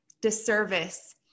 disservice